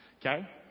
okay